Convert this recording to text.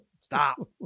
Stop